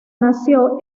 nació